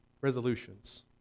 resolutions